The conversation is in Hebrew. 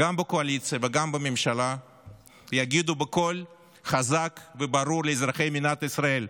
גם בקואליציה וגם בממשלה יגידו בקול חזק וברור לאזרחי מדינת ישראל: